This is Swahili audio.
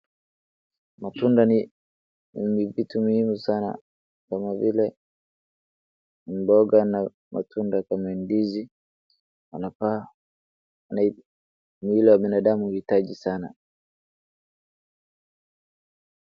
Matunda ni vitu muhimu sana kama vile mboga na matunda kama ndizi inafaa mwili wa binadamu huhitaji sana.